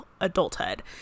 adulthood